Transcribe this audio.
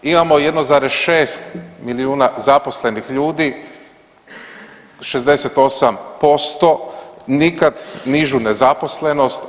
Imamo 1,6 milijuna zaposlenih ljudi, 68%, nikad nižu nezaposlenost.